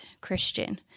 Christian